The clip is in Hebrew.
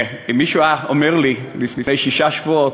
אם מישהו היה אומר לי לפני שישה שבועות,